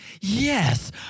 yes